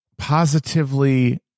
positively